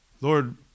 Lord